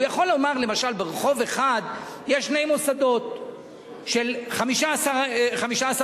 הוא יכול לומר למשל: ברחוב אחד יש שני מוסדות של 15 תלמידים.